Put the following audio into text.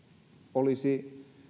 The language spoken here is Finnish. olisi